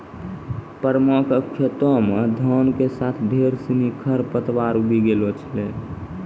परमा कॅ खेतो मॅ धान के साथॅ ढेर सिनि खर पतवार उगी गेलो छेलै